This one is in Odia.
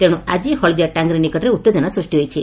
ତେଣୁ ଆକି ହଳଦିଆ ଟାଙ୍ଗିରି ନିକଟରେ ଉତ୍ତେଜନା ସୂଷ୍ଟି ହୋଇଛି